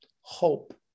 hope